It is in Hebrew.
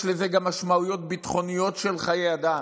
יש לזה גם משמעויות ביטחוניות של חיי אדם.